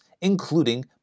including